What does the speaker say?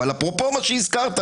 אבל אפרופו מה שהזכרת,